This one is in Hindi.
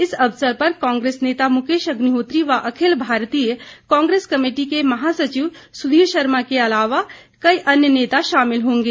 इस अवसर पर कांग्रेस नेता मुकेश अग्निहोत्री व अखिल भारतीय कांग्रेस कमेटी के महासचिव सुधीर शर्मा के अलावा कई अन्य नेता शामिल होंगे